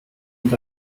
and